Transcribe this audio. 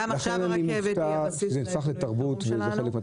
לכן אני מופתע שזה חלק מן התרבות.